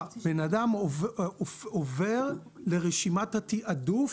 הבן אדם עובר לרשימת התעדוף